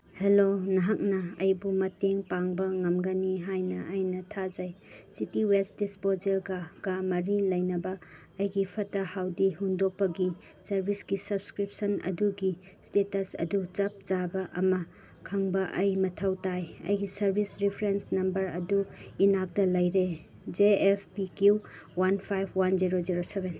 hello ꯅꯍꯥꯛꯅ ꯑꯩꯕꯨ ꯃꯇꯦꯡ ꯄꯥꯡꯕ ꯉꯝꯒꯅꯤ ꯍꯥꯏꯅ ꯑꯩꯅ ꯊꯥꯖꯩ ꯁꯤꯇꯤ ꯋꯦꯁ ꯗꯤꯁꯄꯣꯖꯦꯜꯒ ꯀ ꯃꯔꯤ ꯂꯩꯅꯕ ꯑꯩꯒꯤ ꯐꯠꯇ ꯍꯨꯟꯗꯣꯛꯄꯒꯤ ꯁꯔꯚꯤꯁꯀꯤ ꯁꯞꯁꯀ꯭ꯔꯤꯞꯁꯟ ꯑꯗꯨꯒꯤ ꯏꯁꯇꯦꯇꯁ ꯑꯗꯨ ꯆꯞ ꯆꯥꯕ ꯑꯃ ꯈꯪꯕ ꯑꯩ ꯃꯊꯧ ꯇꯥꯏ ꯑꯩꯒꯤ ꯁꯔꯚꯤꯁ ꯔꯤꯐ꯭ꯔꯦꯟꯁ ꯅꯝꯕꯔ ꯑꯗꯨ ꯏꯅꯥꯛꯇ ꯂꯩꯔꯦ J F P Q one five one zero zero seven